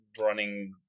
running